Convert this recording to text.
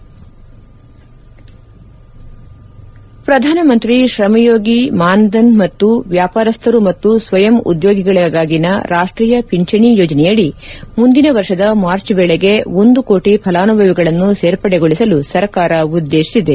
ಮುಖ್ಯಾಂಶನ ಪ್ರಧಾನಮಂತ್ರಿ ತ್ರಮ್ಯೋಗಿ ಮಾನ್ಧನ್ ಮತ್ತು ವ್ಯಾಪಾರಸ್ವರು ಮತ್ತು ಸ್ವಯಂ ಉದ್ಯೋಗಿಗಳಿಗಾಗಿನ ರಾಷ್ಷೀಯ ಪಿಂಚಣಿ ಯೋಜನೆಯಡಿ ಮುಂದಿನ ವರ್ಷದ ಮಾರ್ಚ್ ವೇಳೆಗೆ ಒಂದು ಕೋಟಿ ಫಲಾನುಭವಿಗಳನ್ನು ಸೇರ್ಪಡೆಗೊಳಿಸಲು ಸರ್ಕಾರ ಉದ್ಲೇಶಿಸಿದೆ